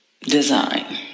design